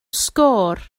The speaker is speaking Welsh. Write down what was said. sgôr